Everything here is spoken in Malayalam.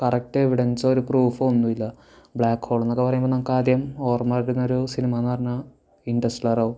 കറക്റ്റ് എവിടെൻസൊ ഒരു പ്രൂഫോ ഒന്നൂല്ല ബ്ലാക്ക് ഹോളെന്നൊക്കെ പറയുമ്പോൾ നമുക്കാദ്യം ഓർമ്മ വരുന്നൊരു സിനിമാന്ന് പറഞ്ഞാൽ ഇൻറ്റർസ്റ്റെല്ലറാവും